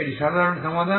এটি সাধারণ সমাধান